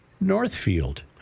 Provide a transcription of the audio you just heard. Northfield